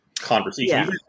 conversation